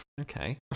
Okay